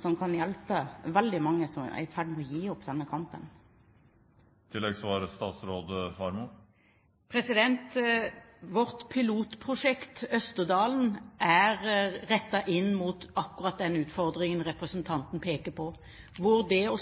som kan hjelpe veldig mange som er i ferd med å gi opp denne kampen? Vårt Pilotprosjekt Østerdalen er rettet inn mot akkurat den utfordringen som representanten peker på, hvor det å